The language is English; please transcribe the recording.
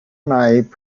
night